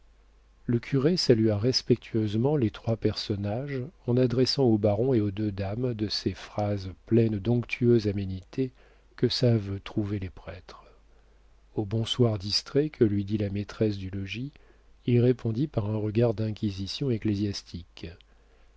le curé salua respectueusement les trois personnages en adressant au baron et aux deux dames de ces phrases pleines d'onctueuse aménité que savent trouver les prêtres au bonsoir distrait que lui dit la maîtresse du logis il répondit par un regard d'inquisition